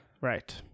Right